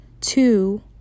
two